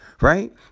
right